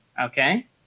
Okay